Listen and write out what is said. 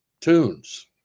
tunes